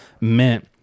meant